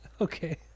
Okay